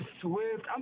Swift